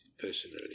personally